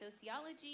sociology